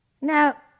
Now